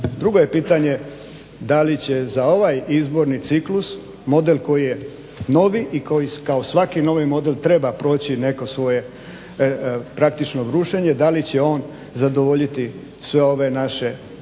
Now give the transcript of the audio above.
Drugo je pitanje da li će za ovaj izborni ciklus model koji je novi i koji kao svaki novi model treba proći neko svoje praktično brušenje, da li će on zadovoljiti sve ove naše interese